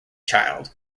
child